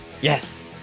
Yes